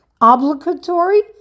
obligatory